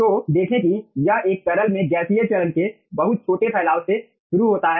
तो देखें कि यह एक तरल में गैसीय चरण के बहुत छोटे फैलाव से शुरू होता है